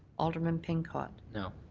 alderman pincott. no.